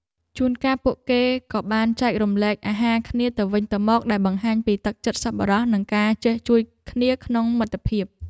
ជួនកាលពួកគេក៏បានចែករំលែកអាហារគ្នាទៅវិញទៅមកដែលបង្ហាញពីទឹកចិត្តសប្បុរសនិងការចេះជួយគ្នាក្នុងមិត្តភាព។